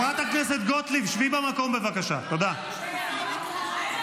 תודה רבה.